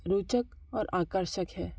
रोचक और आकर्षक है